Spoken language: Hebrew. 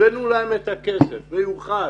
הבאנו להם את הכסף במיוחד